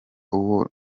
uwo